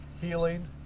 healing